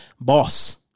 boss